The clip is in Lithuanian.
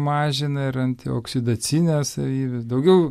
mažina ir antioksidacinės savybės daugiau